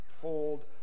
hold